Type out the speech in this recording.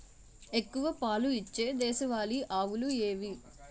ఎక్కువ పాలు ఇచ్చే దేశవాళీ ఆవులు ఏవి?